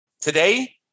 Today